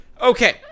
Okay